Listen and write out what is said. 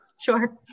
Sure